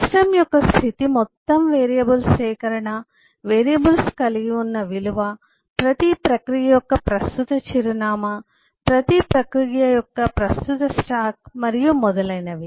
system యొక్క స్థితి మొత్తం వేరియబుల్స్ సేకరణ వేరియబుల్స్ కలిగి ఉన్న విలువ ప్రతి ప్రక్రియ యొక్క ప్రస్తుత చిరునామా ప్రతి ప్రక్రియ యొక్క ప్రస్తుత స్టాక్ మరియు మొదలైనవి